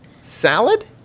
Salad